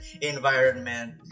environment